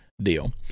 deal